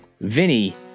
Vinny